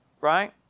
right